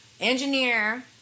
engineer